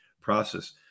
process